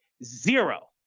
zero,